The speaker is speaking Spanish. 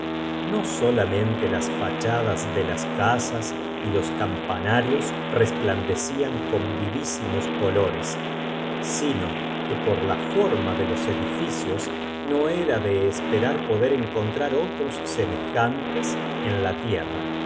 no solame nte las fachadas de las casas y los campanarios resplandeclan con vivlsimos colores si no que por la forma de los edificios no era de esperar poder encontrar otros semejantes en la tierra